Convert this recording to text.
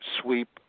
sweep